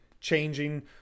changing